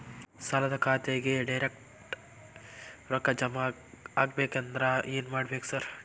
ಸಾಲದ ಖಾತೆಗೆ ಡೈರೆಕ್ಟ್ ರೊಕ್ಕಾ ಜಮಾ ಆಗ್ಬೇಕಂದ್ರ ಏನ್ ಮಾಡ್ಬೇಕ್ ಸಾರ್?